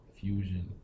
fusion